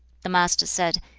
the master said,